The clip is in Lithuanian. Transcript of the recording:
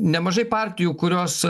nemažai partijų kurios